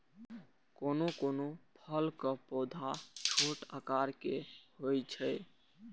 कोनो कोनो फलक पौधा छोट आकार के होइ छै